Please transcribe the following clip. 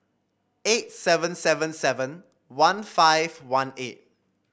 eight seven seven seven one five one eight